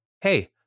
Hey